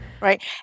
Right